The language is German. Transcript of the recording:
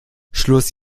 schluss